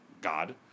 God